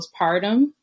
postpartum